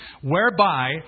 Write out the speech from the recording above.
whereby